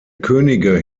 könige